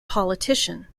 politician